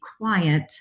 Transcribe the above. quiet